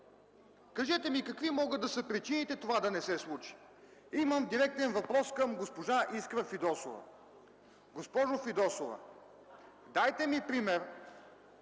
Кажете ми какви могат да са причините това да не се случи? Имам директен въпрос към госпожа Искра Фидосова. Госпожо Фидосова, дайте ми пример